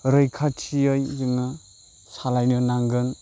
रैखाथियै जोङो सालायनो नांगोन